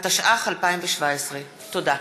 התשע"ח 2017. תודה.